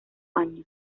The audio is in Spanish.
años